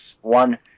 one